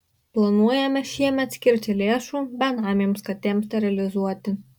planuojame šiemet skirti lėšų benamėms katėms sterilizuoti